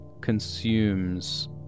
consumes